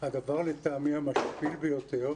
הדבר לטעמי, המשפיל ביותר,